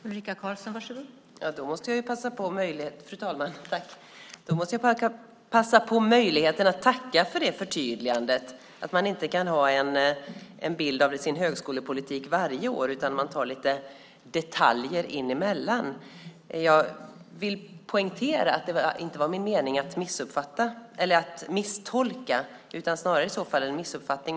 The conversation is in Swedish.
Fru talman! Jag måste passa på att tacka för förtydligandet att man inte kan ha en bild av sin högskolepolitik varje år utan tar lite detaljer däremellan. Jag vill poängtera att det inte var min mening att misstolka, utan det var snarare i så fall en missuppfattning.